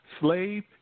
slave